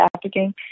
trafficking